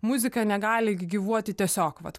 muzika negali gyvuoti tiesiog vat